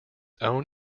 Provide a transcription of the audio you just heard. own